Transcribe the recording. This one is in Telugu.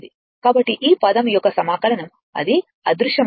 కాబట్టి ఈ పదం యొక్క సమాకలనం అది అదృశ్యమవుతుంది